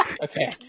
okay